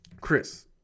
Chris